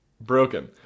broken